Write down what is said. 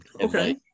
okay